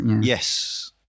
Yes